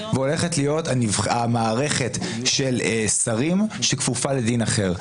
והולכת להיות המערכת של שרים שכפופה לדין אחר.